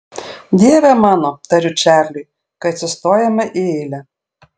dieve mano tariu čarliui kai atsistojame į eilę